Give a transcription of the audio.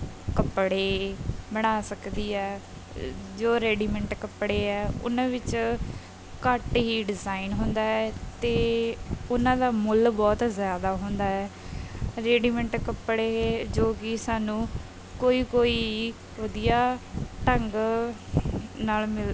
ਕੱਪੜੇ ਬਣਾ ਸਕਦੀ ਹੈ ਜੋ ਰੈਡੀਮੈਂਟ ਕੱਪੜੇ ਆ ਉਹਨਾਂ ਵਿੱਚ ਘੱਟ ਹੀ ਡਿਜ਼ਾਇਨ ਹੁੰਦਾ ਹੈ ਅਤੇ ਉਹਨਾਂ ਦਾ ਮੁੱਲ ਬਹੁਤ ਜ਼ਿਆਦਾ ਹੁੰਦਾ ਹੈ ਰੇਡੀਮੈਂਟ ਕੱਪੜੇ ਜੋ ਕਿ ਸਾਨੂੰ ਕੋਈ ਕੋਈ ਵਧੀਆ ਢੰਗ ਨਾਲ ਮਿਲ